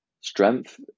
strength